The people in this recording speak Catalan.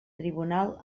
tribunal